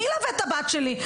מי ילווה את הבת שלי?